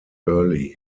early